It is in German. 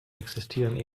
existieren